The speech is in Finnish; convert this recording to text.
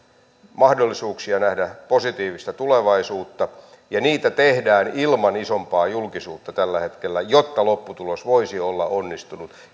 mahdollisuuksia nähdä positiivista tulevaisuutta ja niitä tehdään ilman isompaa julkisuutta tällä hetkellä jotta lopputulos voisi olla onnistunut